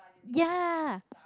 ya